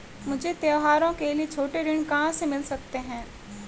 मुझे त्योहारों के लिए छोटे ऋृण कहां से मिल सकते हैं?